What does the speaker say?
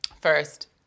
First